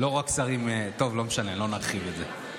לא רק שרים טוב, לא משנה, לא נרחיב את זה.